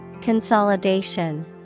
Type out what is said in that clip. Consolidation